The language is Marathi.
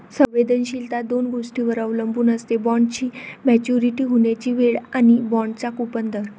संवेदनशीलता दोन गोष्टींवर अवलंबून असते, बॉण्डची मॅच्युरिटी होण्याची वेळ आणि बाँडचा कूपन दर